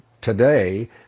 today